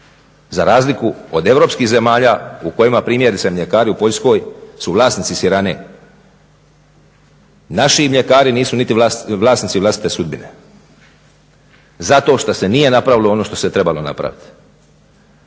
Za razliku od europskih zemalja u kojima primjerice mljekari u Poljskoj su vlasnici sirane. Naši mljekari nisu niti vlasnici vlastite sudbine zato što se nije napravilo ono što se trebalo napraviti.